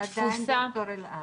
זה עדיין ד"ר אלעד.